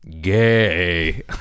Gay